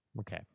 Okay